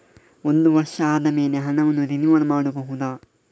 ಒಂದು ವರ್ಷ ಆದಮೇಲೆ ಹಣವನ್ನು ರಿನಿವಲ್ ಮಾಡಬಹುದ?